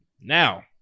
Now